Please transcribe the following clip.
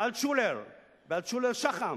אלטשולר ב"אלטשולר שחם",